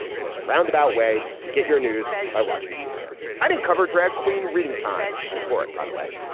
the most roundabout way to get your news by watching c-span. i didn't cover drag queen reading time. i'm for it, by the way.